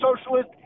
socialist